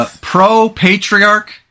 pro-patriarch